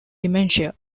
dementia